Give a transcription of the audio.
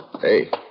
Hey